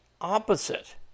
opposite